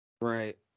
Right